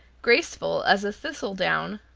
graceful as a thistledown,